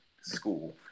school